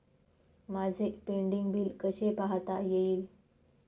माझे pending bill कसे पाहता येईल?